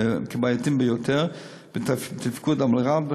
כבעייתיים ביותר בתפקוד המלר"ד,